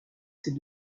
ces